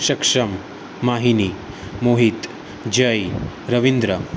સક્ષમ માહીની મોહિત જય રવિન્દ્ર